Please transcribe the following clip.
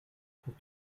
pour